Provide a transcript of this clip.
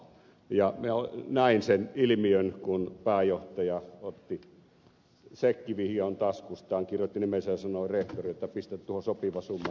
minä näin sen ilmiön kun pääjohtaja otti sekkivihkon taskustaan kirjoitti nimensä ja sanoi rehtorille että pistä tuohon sopiva summa ja shut up siinä kaikki